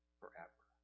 forever